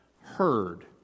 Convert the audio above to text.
heard